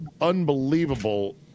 unbelievable